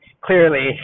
clearly